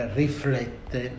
riflette